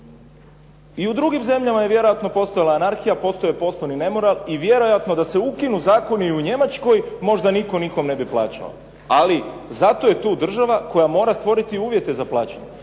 I u drugim zemljama je vjerojatno postojala anarhija, postojao je poslovni nemoral i vjerojatno da se ukinu zakoni i u Njemačkoj možda nitko nikome ne bi plaćao. Ali zato je tu država koja mora stvoriti uvjete za plaćanje.